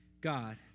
God